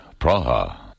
Praha